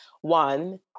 one